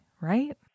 right